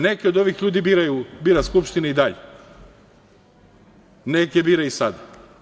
Neke od ovih ljudi bira Skupština i dalje, neke bira i sada.